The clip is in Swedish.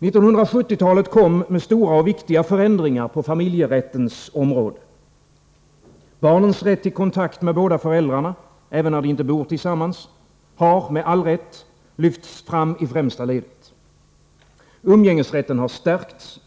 1970-talet kom med stora och viktiga förändringar på familjerättens område. Barnens rätt till kontakt med båda föräldrarna, även när de inte bor tillsammans, har — med all rätt — lyfts fram i främsta ledet. Umgängesrätten har stärkts.